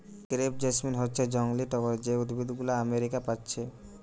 crepe jasmine হচ্ছে জংলি টগর যে উদ্ভিদ গুলো আমেরিকা পাচ্ছি